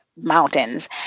mountains